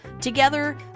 Together